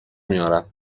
میارم